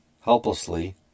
helplessly